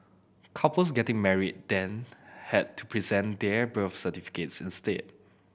couples getting married then had to present their birth certificates instead